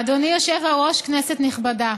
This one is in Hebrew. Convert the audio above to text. אדוני היושב-ראש, כנסת נכבדה,